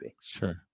Sure